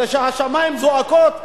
וכשהשמים זועקים,